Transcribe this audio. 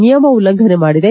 ನಿಯಮ ಉಲ್ಲಂಘನೆ ಮಾಡಿದೆ